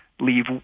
leave